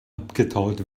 abgetaut